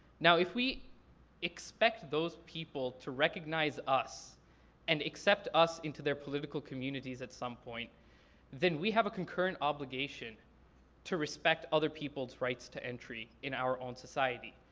now if we expect those people to recognize us and accept us into their political communities at some point then we have a concurrent obligation to respect other people's rights to entry in our own society.